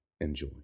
enjoy